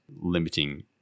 limiting